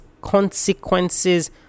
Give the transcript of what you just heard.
consequences